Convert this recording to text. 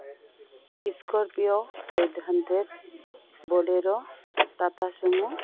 scorpio eight hundred bolero Tata sumo